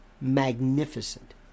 magnificent